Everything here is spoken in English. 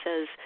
says